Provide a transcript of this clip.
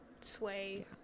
sway